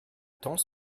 temps